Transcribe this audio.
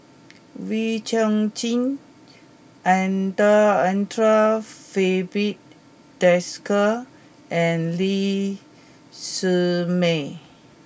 Wee Chong Jin Anda Andre Filipe Desker and Lee Shermay